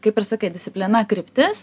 kaip ir sakai disciplina kryptis